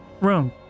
room